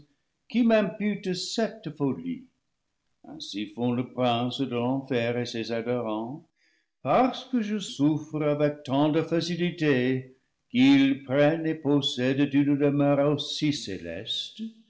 qui m'imputent cette folie ainsi font le prince de l'enfer et ses adhérents parce que je souffre avec tant de facilité qu'ils prennent et possèdent une demeure aussi céleste